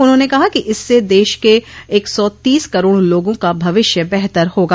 उन्होंने कहा कि इससे देश के एक सौ तीस करोड़ लोगों का भविष्य बेहतर होगा